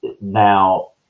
now